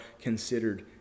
considered